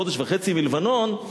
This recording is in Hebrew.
חודש וחצי מלבנון,